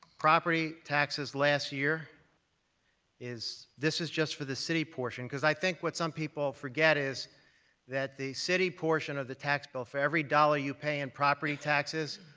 property taxes last year is this is just for the city portion, because i think what some people forget is that the city portion of the tax bill, for every dollar you pay in property taxes,